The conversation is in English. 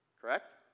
Correct